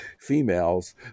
females